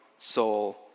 soul